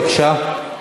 בבקשה.